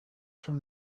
from